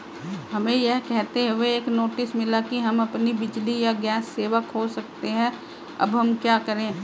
हमें यह कहते हुए एक नोटिस मिला कि हम अपनी बिजली या गैस सेवा खो सकते हैं अब हम क्या करें?